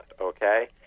Okay